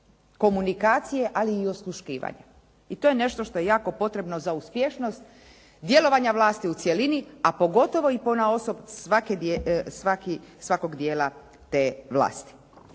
komunikacije ali i osluškivanja. I to je nešto što je jako potrebno za uspješnost djelovanja vlasti u cjelini, a pogotovo i ponaosob svakog dijela te vlasti.